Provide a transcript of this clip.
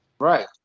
Right